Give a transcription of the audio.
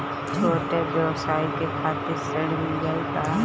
छोट ब्योसाय के खातिर ऋण मिल जाए का?